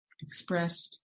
Expressed